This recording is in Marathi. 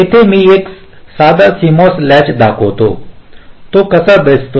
येथे मी एक साधा सीएमओएस लॅच दाखवितो तो कसा दिसतो